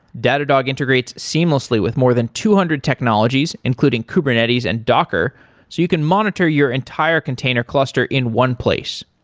datadog integrates seamlessly with more than two hundred technologies, including kubernetes and docker, so you can monitor your entire container cluster in one place.